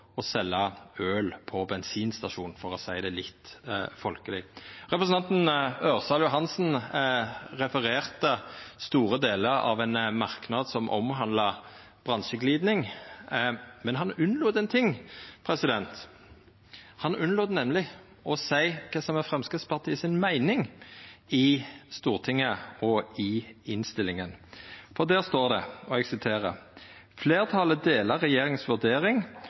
å selja øl på bensinstasjon – for å seia det litt folkeleg. Representanten Ørsal Johansen refererte store delar av ein merknad som omhandlar bransjegliding, men han unnlét ein ting. Han unnlét nemleg å seia kva som er Framstegspartiets meining i Stortinget og i innstillinga, der det står: